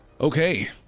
Okay